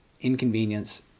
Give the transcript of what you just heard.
inconvenience